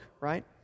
right